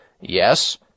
Yes